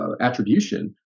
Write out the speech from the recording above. attribution